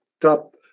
top